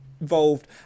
involved